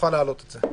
יוכל להעלות אותן.